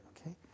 okay